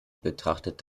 betrachtet